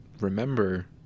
Remember